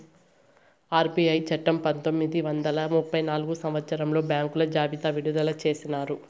RBI చట్టము పంతొమ్మిది వందల ముప్పై నాల్గవ సంవచ్చరంలో బ్యాంకుల జాబితా విడుదల చేసినారు